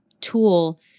tool